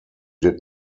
did